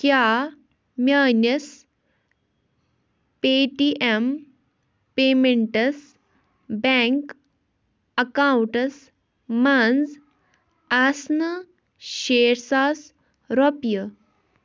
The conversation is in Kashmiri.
کیٛاہ میٲنِس Paytm payments bank accounts منٛز آسنہٕ شیٹھ ساس رۄپیہِ؟